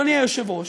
אדוני היושב-ראש,